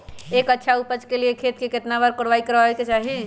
एक अच्छा उपज के लिए खेत के केतना बार कओराई करबआबे के चाहि?